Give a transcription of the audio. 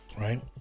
right